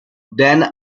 then